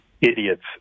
idiot's